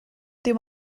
dim